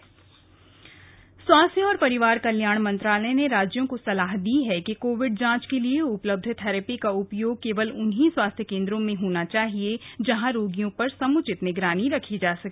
सलाह आन कोविड जांच स्वास्थ्य और परिवार कल्याण मंत्रालय ने राज्यों को सलाह दी है कि कोविड जांच के लिए उपलब्ध थेरैपी का उपयोग केवल उन्हीं स्वास्थ्य केंद्रों में ही होना चाहिए जहां रोगियों पर समुचित निगरानी रखी जा सके